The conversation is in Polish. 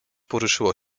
poruszyło